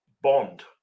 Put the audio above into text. bond